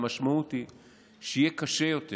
המשמעות היא שיהיה קשה יותר